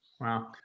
Wow